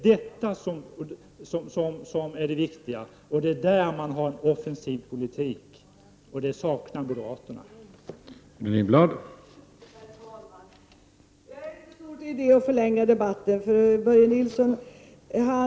Detta är det viktiga, och på detta område för vi en offensiv politik, något som moderaterna saknar.